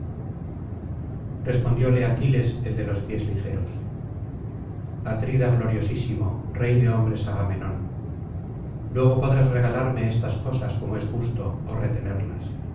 respondióle aquiles el de los pies ligeros atrida gloriosísimo rey de hombres agamenón luego podrás regalarme estas cosas como es justo ó retenerlas